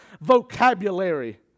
vocabulary